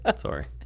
Sorry